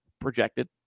projected